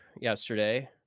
yesterday